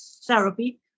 therapy